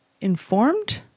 informed